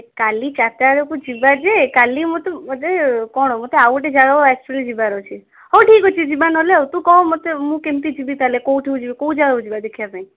କାଲି ଚାରିଟା ବେଳକୁ ଯିବା ଯେ କାଲି ମୋତେ କ'ଣ ଆଉ ଗୋଟେ ଜାଗାକୁ ଆକ୍ଚୁଆଲି ଯିବାର ଅଛି ହଉ ଠିକ୍ ଅଛି ଯିବା ନହେଲେ ତୁ କହ ମୋତେ ମୁଁ କେମିତି ଯିବି ତା'ହେଲେ କେଉଁଠି କି ଯିବି କେଉଁ ଜାଗାକୁ ଯିବା ଦେଖିବା ପାଇଁ